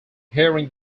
hearing